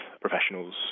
professionals